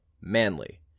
manly